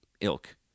ilk